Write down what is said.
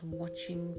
watching